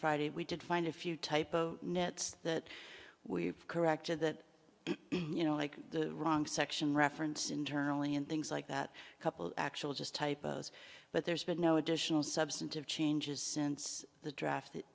friday we did find a few type of nets that we've corrected that you know like the wrong section reference internally and things like that couple actual just typos but there's been no additional substantive changes since the draft that